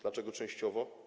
Dlaczego częściowo?